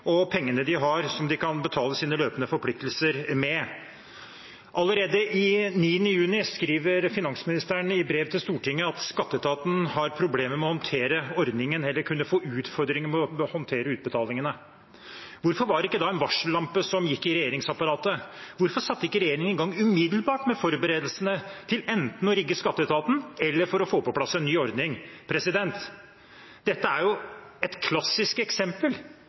og av pengene de har som de kan betale sine løpende forpliktelser med. Allerede den 9. juni skriver finansministeren i brev til Stortinget at skatteetaten har problemer med å håndtere ordningen – eller kunne få utfordringer med å håndtere utbetalingene. Hvorfor var det ikke da en varsellampe som blinket i regjeringsapparatet? Hvorfor satte ikke regjeringen umiddelbart i gang med forberedelsene til enten å rigge skatteetaten eller få på plass en ny ordning? Dette er jo et klassisk eksempel